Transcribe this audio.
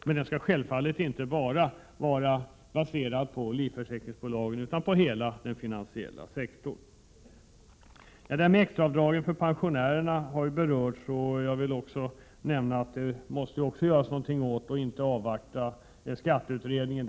Men den skall självfallet inte bara vara baserad på livförsäkringsbolagen utan på hela den finansiella sektorn. Extraavdraget för pensionärer har berörts. Det är också någonting som det måste göras någonting åt utan att avvakta inkomstskattekommittén.